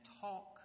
talk